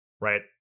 right